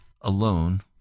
alone